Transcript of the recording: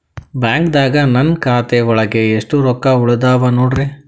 ಬ್ಯಾಂಕ್ದಾಗ ನನ್ ಖಾತೆ ಒಳಗೆ ಎಷ್ಟ್ ರೊಕ್ಕ ಉಳದಾವ ನೋಡ್ರಿ?